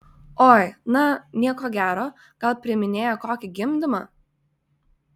oi na nieko gero gal priiminėja kokį gimdymą